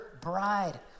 bride